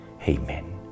Amen